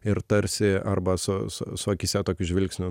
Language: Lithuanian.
ir tarsi arba su su su akyse tokiu žvilgsniu